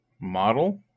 Model